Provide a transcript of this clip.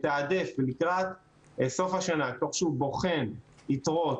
מתעדף לקראת סוף השנה כך שהוא בוחן יתרות